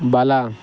ಬಲ